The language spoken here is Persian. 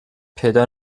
پیدا